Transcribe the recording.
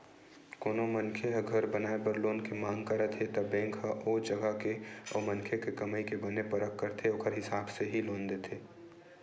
कोनो मनखे ह घर बनाए बर लोन के मांग करत हे त बेंक ह ओ जगा के अउ मनखे के कमई के बने परख करथे ओखर हिसाब ले ही लोन देथे